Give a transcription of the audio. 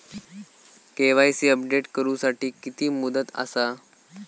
KYC update करू साठी किती मुदत आसा?